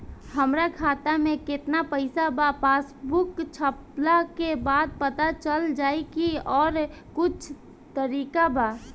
हमरा खाता में केतना पइसा बा पासबुक छपला के बाद पता चल जाई कि आउर कुछ तरिका बा?